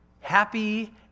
happy